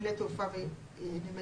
בנמלי תעופה ונמלים.